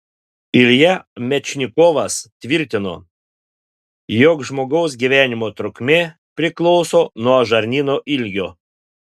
ilja mečnikovas tvirtino jog žmogaus gyvenimo trukmė priklauso nuo žarnyno ilgio